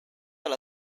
alla